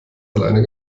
alleine